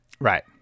Right